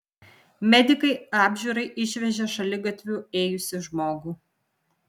medikai apžiūrai išvežė šaligatviu ėjusį žmogų